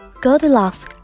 Goldilocks